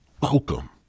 welcome